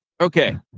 Okay